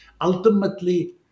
ultimately